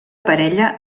parella